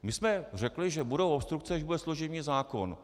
My jsme řekli, že budou obstrukce, když bude služební zákon.